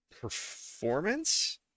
performance